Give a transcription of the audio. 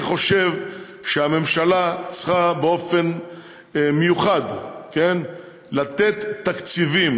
אני חושב שהממשלה צריכה באופן מיוחד לתת תקציבים,